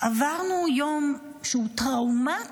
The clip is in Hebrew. עברנו יום טראומטי,